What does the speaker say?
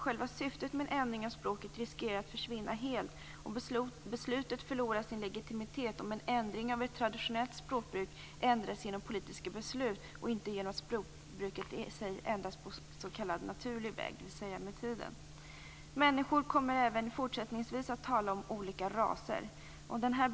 Själva syftet med en ändring av språket riskerar att försvinna helt och beslutet förlorar sin legitimitet om en ändring av ett traditionellt språkbruk ändras genom ett politiskt beslut och inte genom att språkbruket i sig ändras på s.k. naturlig väg, dvs. med tiden. Människor kommer även fortsättningsvis att tala om olika raser.